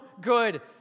good